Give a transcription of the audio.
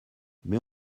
mais